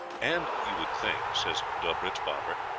and you would think, says dobrizboffer,